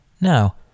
Now